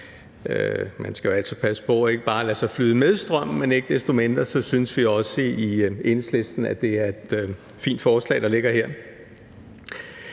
Man skal jo altid passe på og ikke bare lade sig flyde med strømmen, men ikke desto mindre synes vi også i Enhedslisten, at det er et fint forslag, der ligger her.